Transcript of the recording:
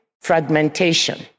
fragmentation